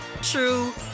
true